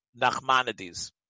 Nachmanides